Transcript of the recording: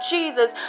jesus